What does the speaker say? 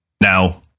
Now